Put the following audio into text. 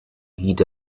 heat